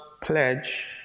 pledge